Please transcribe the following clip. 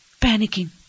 panicking